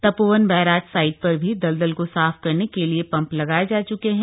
Tapovan barrage site पर भी दलदल को साफ करने के लिए पम्प लगाए जा च्के हैं